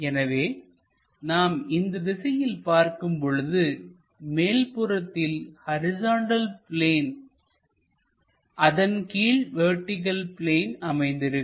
எனவே நாம் இந்த திசையில் பார்க்கும் பொழுது மேல்புறத்தில் ஹரிசாண்டல் பிளேன் அதன் கீழ் வெர்டிகள் பிளேன் அமைந்திருக்கும்